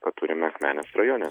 ką turime akmenės rajone